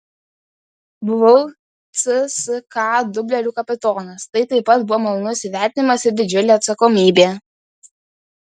buvau cska dublerių kapitonas tai taip pat buvo malonus įvertinimas ir didžiulė atsakomybė